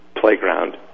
playground